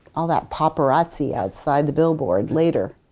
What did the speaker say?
all that paparazzi outside the billboard later.